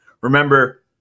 Remember